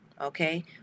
Okay